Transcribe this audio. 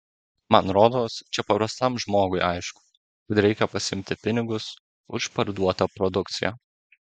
man rodos čia paprastam žmogui aišku kad reikia pasiimti pinigus už parduotą produkciją